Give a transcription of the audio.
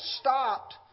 stopped